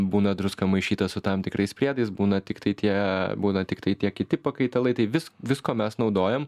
būna druska maišyta su tam tikrais priedais būna tiktai tie būna tiktai tie kiti pakaitalai tai vis visko mes naudojam